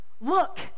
Look